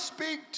Speak